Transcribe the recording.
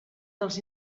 dels